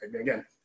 Again